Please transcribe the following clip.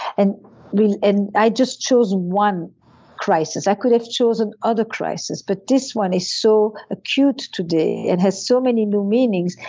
and and i just chose one crisis. i could have chosen other crisis but this one is so acute today, it has so many new meanings.